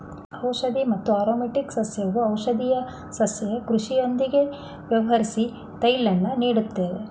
ಔಷಧಿ ಮತ್ತು ಆರೊಮ್ಯಾಟಿಕ್ ಸಸ್ಯವು ಔಷಧೀಯ ಸಸ್ಯ ಕೃಷಿಯೊಂದಿಗೆ ವ್ಯವಹರ್ಸಿ ತೈಲನ ನೀಡ್ತದೆ